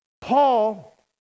Paul